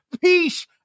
Peace